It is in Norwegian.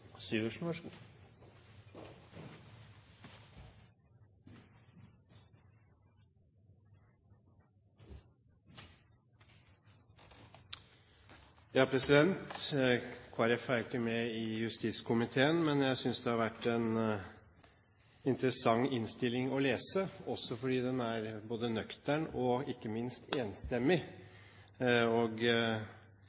ikke med i justiskomiteen, men jeg synes det har vært en interessant innstilling å lese, også fordi den er både nøktern og ikke minst enstemmig.